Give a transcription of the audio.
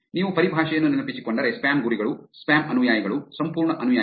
ನೀವು ಪರಿಭಾಷೆಯನ್ನು ನೆನಪಿಸಿಕೊಂಡರೆ ಸ್ಪ್ಯಾಮ್ ಗುರಿಗಳು ಸ್ಪ್ಯಾಮ್ ಅನುಯಾಯಿಗಳು ಸಂಪೂರ್ಣ ಅನುಯಾಯಿಗಳು